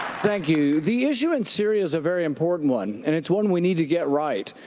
thank you. the issue in syria's a very important one, and it's one we need to get right.